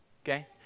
Okay